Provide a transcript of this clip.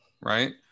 right